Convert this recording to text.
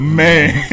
man